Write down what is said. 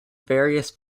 various